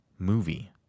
movie